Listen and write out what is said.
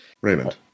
Raymond